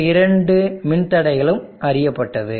இந்த இரண்டு மின் தடைகளும் அறியப்பட்டது